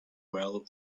well